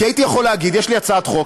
כי הייתי יכול להגיד: יש לי הצעת חוק,